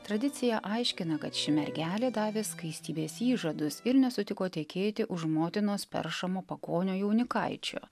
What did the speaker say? tradicija aiškina kad ši mergelė davė skaistybės įžadus ir nesutiko tekėti už motinos peršamo pagonio jaunikaičio